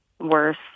worse